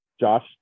Josh